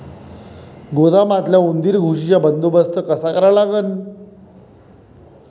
गोदामातल्या उंदीर, घुशीचा बंदोबस्त कसा करा लागन?